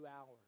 hours